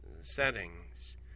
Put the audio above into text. settings